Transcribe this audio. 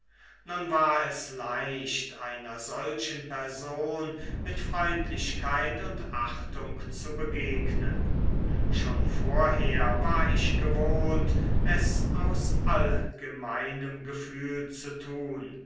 nun war es leicht einer solchen person mit freundlichkeit und achtung zu begegnen schon vorher war ich gewohnt es aus allgemeinem gefühl zu tun